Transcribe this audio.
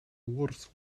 worse